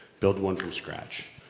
build one from scratch.